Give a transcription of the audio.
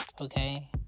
Okay